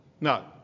No